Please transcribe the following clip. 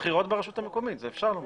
בוועדת הבחינה לבין עניין אישי אחר או